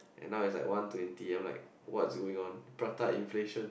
and now is like one twenty and I'm like what's going on prata inflation